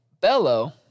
Bellow